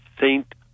Saint